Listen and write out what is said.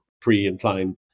pre-inclined